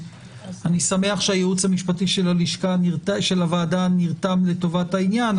לשמחתי הייעוץ המשפטי של הוועדה נרתם לטובת העניין,